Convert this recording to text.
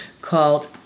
called